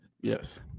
Yes